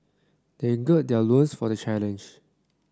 they gird their loins for the challenge